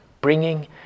bringing